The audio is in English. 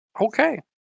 Okay